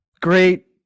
great